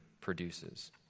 produces